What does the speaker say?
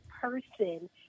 person